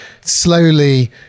slowly